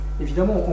évidemment